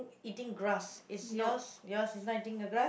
eating grass its yours yours is not eating the grass